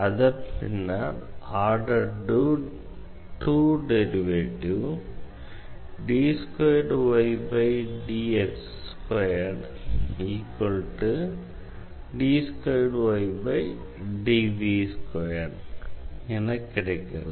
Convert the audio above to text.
அதன் பின்னர் order 2 derivative என கிடைக்கிறது